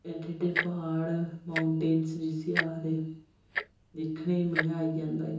एड्डे एड्डे प्हाड़ माउटटेंस जिसी आखदे दिक्खने गी मज़ा आई जंदा